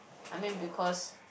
I mean because